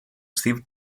steve